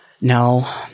No